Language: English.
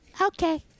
Okay